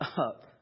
up